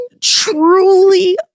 truly